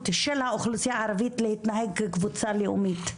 של האוכלוסייה הערבית להתנהג כקבוצה לאומית,